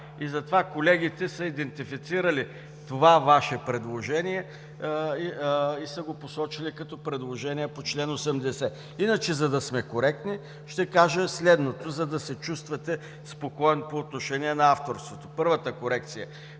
Затова колегите са идентифицирали това Ваше предложение и са го посочили като предложение по чл. 80. Иначе, за да сме коректни, ще кажа следното, за да се чувствате спокоен по отношение на авторството. Първата корекция